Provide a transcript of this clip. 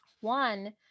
One